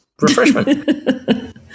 refreshment